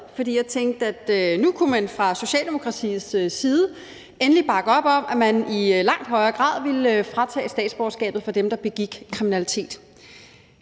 nu kunne man fra Socialdemokratiets side endelig bakke op om, at man i langt højere grad ville tage statsborgerskabet fra dem, der begik kriminalitet.